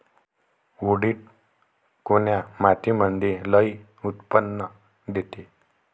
उडीद कोन्या मातीमंदी लई उत्पन्न देते?